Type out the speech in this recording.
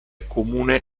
comune